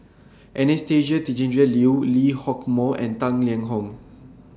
Anastasia Tjendri Liew Lee Hock Moh and Tang Liang Hong